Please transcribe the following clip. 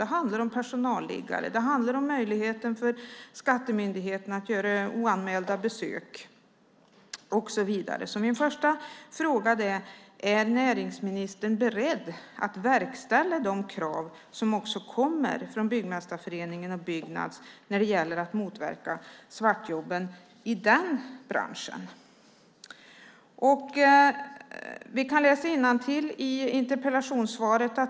Det handlar om personalliggare och möjligheten för skattemyndigheten att göra oanmälda besök, och så vidare. Min första fråga är: Är näringsministern beredd att verkställa de krav som kommer från Byggmästarföreningen och Byggnads när det gäller att motverka svartjobben i den branschen? Vi kan läsa innantill i interpellationssvaret.